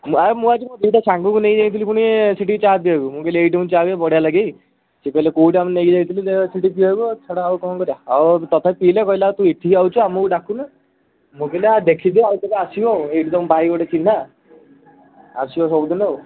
ଆଉ ମୁଁ ଆଜି ମୋ ଦୁଇଟା ସାଙ୍ଗକୁ ନେଇକି ଯାଇଥିଲି ବୋଲି ସେଠିକି ଚା ପିଇଆକୁ ମୁଁ କହିଲି ଏଇଠି ମୁଁ ଚାହା ପିଏ ବଢ଼ିଆ ଲାଗେଇ ସିଏ କହିଲେ କେଉଁଟା ଆମକୁ ନେଇକି ଯାଇଥିଲୁ ଯେ ସେଇଠି ପିଇବାକୁ ଆଉ ଛାଡ଼ ଆଉ କ'ଣ କରିବା ଆଉ ତଥାପି ପିଇଲେ କହିଲେ ଆଉ ତୁ ଏଠି ଆଉଛୁ ଆମକୁ ଡାକୁନୁ ମୁଁ କହିଲି ଆ ଦେଖିଦିଅ ଆଉ କେବେ ଆସିବ ଆଉ ଏଇଠି ତୁମ ଭାଇ ଥିଲା ଆସିବ ସବୁଦିନ ଆଉ